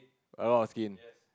a lot of skin